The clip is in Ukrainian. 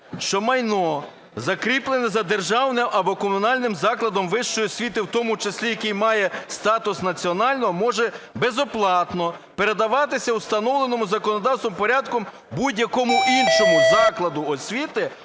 що майно, закріплене за комунальним або державним закладом вищої освіти, в тому числі який має статус національного, може безоплатно передаватися у встановленому законодавством порядку будь-якому іншому закладу освіти